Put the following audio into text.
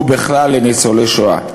ובכלל לניצולי שואה,